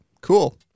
cool